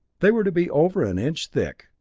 they were to be over an inch thick,